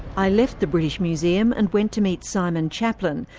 i left the british museum and went to meet simon chaplin,